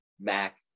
Mac